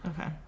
Okay